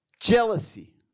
jealousy